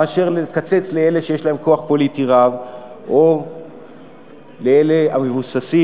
מאשר לקצץ לאלה שיש להם כוח פוליטי רב או לאלה המבוססים,